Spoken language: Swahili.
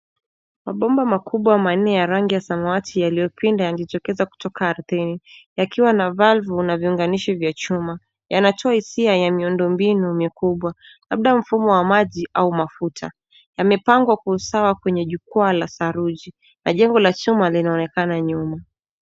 Mabomba makubwa manne ya rangi ya samawati yaliyopinda yalitokeza kutoka ardhini yakiwa na valve na viunganishi vya chuma. Yanatoa hisia ya miundombinu mikubwa labda mfumo wa maji au mafuta. Yamepangwa ku usawa kwenye jukwaa la saruji na jengo la chuma linaonekana nyuma.